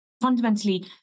fundamentally